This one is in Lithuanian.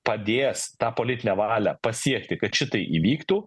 padės tą politinę valią pasiekti kad šitai įvyktų